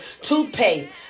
toothpaste